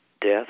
death